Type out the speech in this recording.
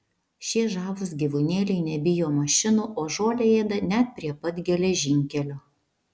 šie žavūs gyvūnėliai nebijo mašinų o žolę ėda net prie pat geležinkelio